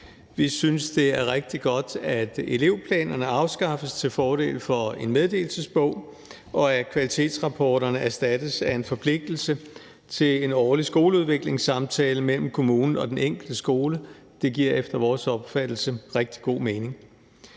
Vi synes, det er rigtig godt, at elevplanerne afskaffes til fordel for en meddelelsesbog, og at kvalitetsrapporterne erstattes af en forpligtelse til en årlig skoleudviklingssamtale mellem kommunen og den enkelte skole. Det giver efter vores opfattelse rigtig god mening.